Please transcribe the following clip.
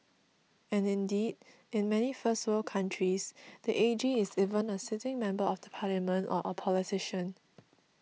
and indeed in many first world countries the A G is even a sitting member of the parliament or a politician